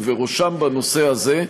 ובראשם בנושא הזה,